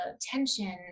tension